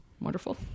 wonderful